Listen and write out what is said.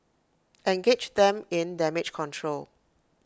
engage them in damage control